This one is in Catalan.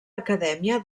acadèmia